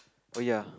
oh ya